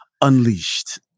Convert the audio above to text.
Unleashed